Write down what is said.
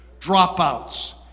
dropouts